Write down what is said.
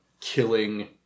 killing